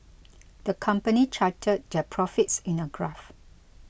the company charted their profits in a graph